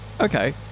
Okay